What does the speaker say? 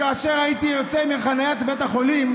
כאשר הייתי יוצא מחניית בית החולים,